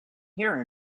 here